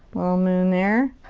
little moon there.